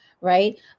right